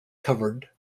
covered